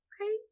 okay